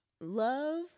love